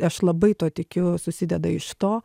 aš labai tuo tikiu susideda iš to